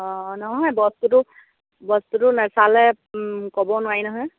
অঁ নহয় বস্তুটো বস্তুটো নাচালে ক'ব নোৱাৰি নহয়